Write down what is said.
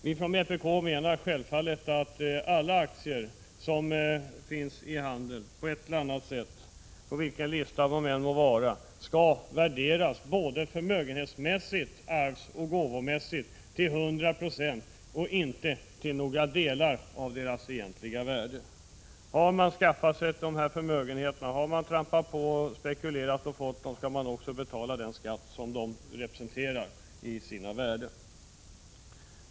Vi från vpk anser det självklart att alla aktier som finns i handeln, på vilken lista de än förekommer, skall värderas förmögenhets-, arvsoch gåvomässigt till 100 92 och inte bara till en del av deras egentliga värde. Har man spekulerat och skaffat sig förmögenheter, då skall man också betala skatt på hela det värde som aktierna representerar.